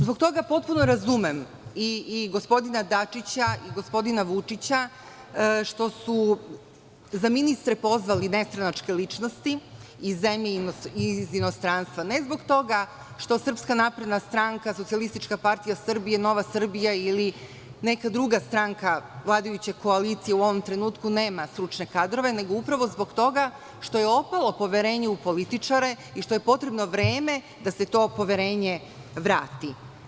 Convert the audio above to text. Zbog toga potpuno razumem i gospodina Dačića i gospodina Vučića što su za ministre pozvali nestranačke ličnosti iz zemlje i iz inostranstva, ne zbog toga što SNS, SPS, NS ili neka druga stranka vladajuće koalicije u ovom trenutku nema stručne kadrove, nego upravo zbog toga što je opalo poverenje u političare i što je potrebno vreme da se to poverenje vrati.